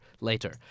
later